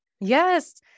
Yes